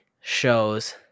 shows